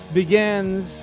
begins